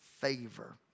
favor